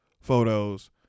photos